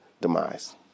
demise